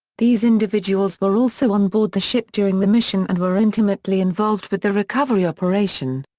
these individuals were also on board the ship during the mission and were intimately involved with the recovery operation.